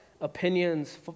opinions